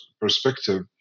perspective